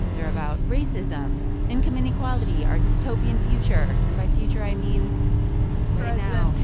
they're about racism, income inequality, our dystopian future and by future, i mean right now